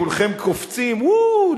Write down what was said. כולכם קופצים: או,